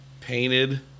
painted